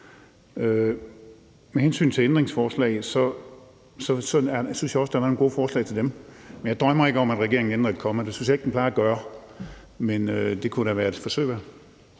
Med hensyn til ændringsforslag synes jeg også der er lavet nogle gode forslag til dem, men jeg drømmer ikke om, at regeringen ændrer et komma; det synes jeg ikke den plejer at gøre. Men det kunne da være et forsøg